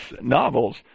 novels